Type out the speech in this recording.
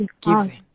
given